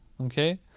Okay